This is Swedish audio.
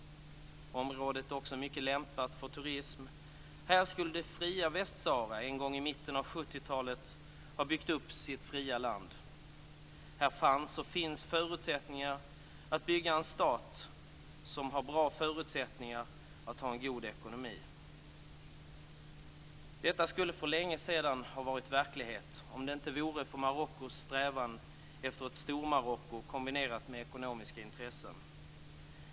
Området är också mycket lämpat för turism. Här skulle det fria Västsahara en gång i mitten av 70-talet ha byggt upp sitt fria land. Här fanns och finns förutsättningar att bygga en stat som har bra förutsättningar för en god ekonomi. Detta skulle för länge sedan ha varit verklighet om det inte vore för Marockos strävan efter ett Stormarocko kombinerat med ekonomiska intressen.